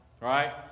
right